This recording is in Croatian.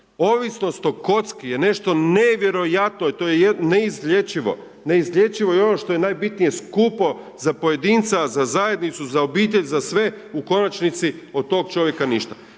Ovisnost o kocki je nešto nevjerojatno, to je neizlječivo i ono što je najbitnije skupo za pojedinca, a za zajednicu, za obitelj, za sve u konačnici od tog čovjeka ništa.